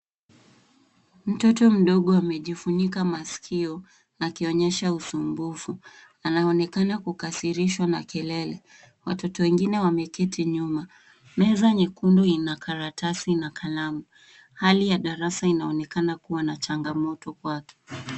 Mtoto mdogo amejifunika maskio akionyesha usumbufu, anaonekana kukasirishwa na kelele, watoto wengine wameketi nyuma. Meza nyekundu yenye karatasi na kalamu, hali ya darasa inaonekana kua na changamoto kwake.